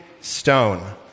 stone